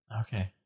okay